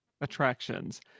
attractions